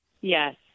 Yes